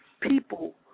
people